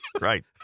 Right